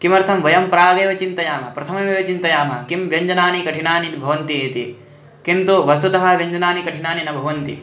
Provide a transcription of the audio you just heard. किमर्थं वयं प्रागेव चिन्तयामः प्रथममेव चिन्तयामः किं व्यञ्जनानि कठिनानि भवन्ति इति किन्तु वस्तुतः व्यञ्जनानि कठिनानि न भवन्ति